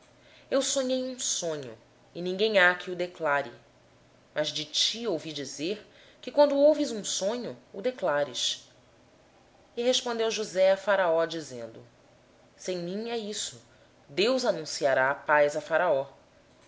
eu sonhei um sonho e ninguém há que o interprete mas de ri ouvi dizer que quando ouves um sonho o interpretas e respondeu josé a faraó dizendo isso não está em mim deus dará resposta de paz a faraó